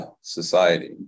society